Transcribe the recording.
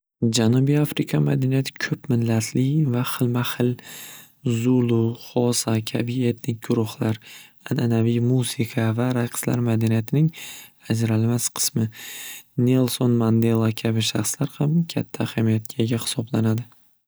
Janubiy afrika madaniyati ko'p millatli va xilma xil zulu, hosa kabi etnik guruhlar an'anaviy musiqa va raqslar madaniyatining ajralmas qismi nelson mandela kabi shaxslar ham katta ahamiyatga ega hisoblanadi.